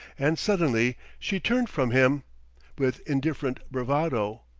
and suddenly she turned from him with indifferent bravado.